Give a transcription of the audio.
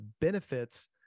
benefits